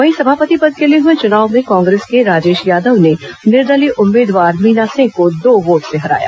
वहीं सभापति पद के लिए हुए चुनाव में कांग्रेस के राजेश यादव ने निर्दलीय उम्मीदवार मीना सिंह को दो वोट से हराया